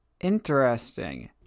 Interesting